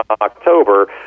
October